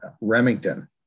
Remington